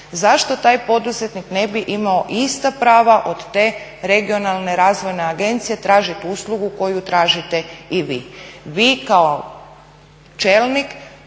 Zašto taj poduzetnik ne bi imao ista prava od te Regionalne razvojne agencije tražit uslugu koju tražite i vi?